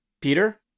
Peter